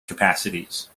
capacities